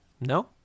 no